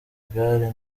igare